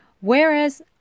Whereas